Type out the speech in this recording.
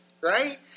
Right